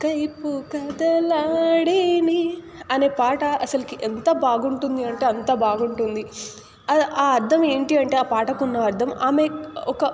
కైపు కదలాడేనే అనే పాట అసలుకి ఎంత బాగుంటుంది అంటే అంత బాగుంటుంది ఆ అర్థం ఏంటి అంటే ఆ పాటకున్న అర్థం ఆమె ఒక